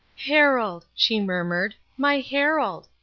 harold, she murmured, my harold.